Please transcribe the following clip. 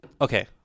okay